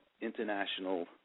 international